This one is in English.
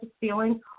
feeling